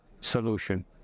solution